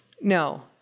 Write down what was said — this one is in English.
no